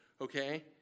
okay